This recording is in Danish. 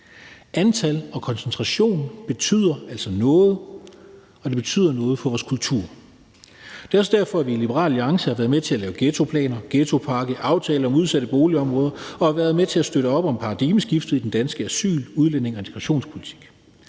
Antal og koncentration betyder altså noget, og det betyder noget for vores kultur. Det er også derfor, vi i Liberal Alliance har været med til at lave ghettoplaner, ghettopakke og aftale om udsatte boligområder og har været med til at støtte op om paradigmeskiftet i den danske asyl-, udlændinge- og integrationspolitik,